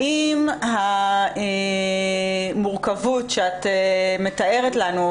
האם המורכבות שאת מתארת לנו,